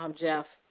um jeff.